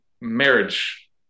marriage